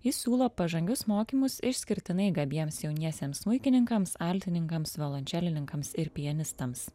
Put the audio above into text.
jis siūlo pažangius mokymus išskirtinai gabiems jauniesiems smuikininkams altininkams violančelininkams ir pianistams